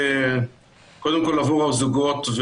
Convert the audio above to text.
קודם כול עבור הזוגות,